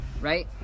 Right